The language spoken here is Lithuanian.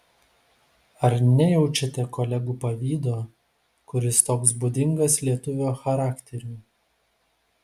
ar nejaučiate kolegų pavydo kuris toks būdingas lietuvio charakteriui